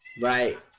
Right